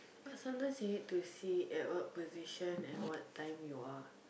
but sometimes you need to see at what position and what time you are